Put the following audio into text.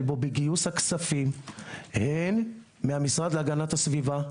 בו בגיוס הכספים הן מהמשרד להגנת הסביבה,